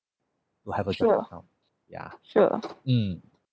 sure sure